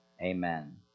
Amen